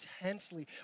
intensely